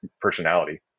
personality